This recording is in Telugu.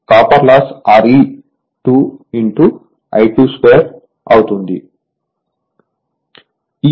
కాబట్టి కాపర్ లాస్ Re2 I2 2 అవుతుంది